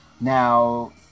Now